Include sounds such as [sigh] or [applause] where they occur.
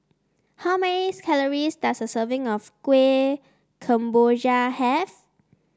how many [unintelligible] calories does a serving of Kueh Kemboja have